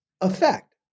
effect